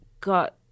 got